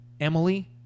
Emily